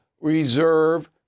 reserve